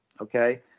Okay